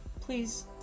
Please